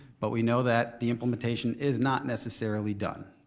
but we know that the implementation is not necessarily done.